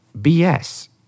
BS